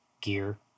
gear